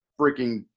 freaking